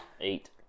Eight